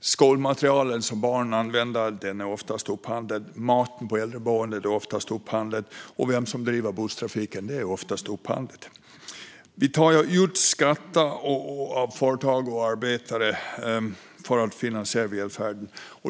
Skolmaterial som barnen använder är oftast upphandlade. Maten på äldreboenden är oftast upphandlad. Och vem som driver busstrafiken är oftast upphandlat. Vi tar ut skatter från företag och arbetare för att finansiera välfärden.